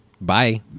bye